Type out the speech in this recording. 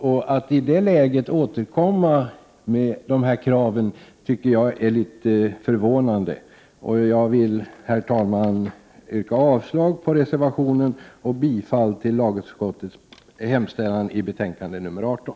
Att folkpartiet i det läget återkommer med dessa krav är förvånande. Herr talman! Jag yrkar avslag på reservationen och bifall till hemställan i lagutskottets betänkande 18.